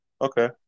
Okay